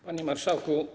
Panie Marszałku!